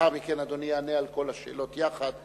ולאחר מכן אדוני יענה על כל השאלות יחד.